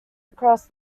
across